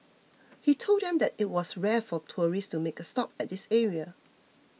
he told them that it was rare for tourists to make a stop at this area